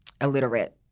illiterate